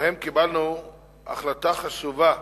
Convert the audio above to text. שבהם קיבלנו החלטה חשובה: